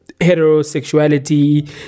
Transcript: heterosexuality